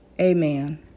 amen